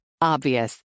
Obvious